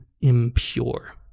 impure